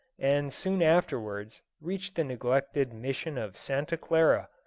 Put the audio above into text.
and soon afterwards reached the neglected mission of santa clara,